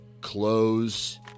close